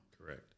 correct